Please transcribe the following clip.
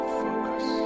focus